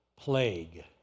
plague